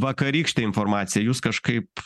vakarykštė informacija jus kažkaip